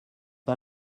pas